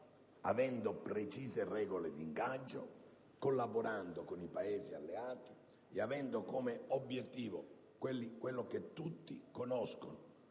avendo precise regole di ingaggio, collaborando con i Paesi alleati e avendo l'obbiettivo che tutti conoscono,